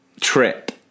trip